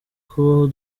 kubaho